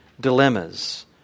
dilemmas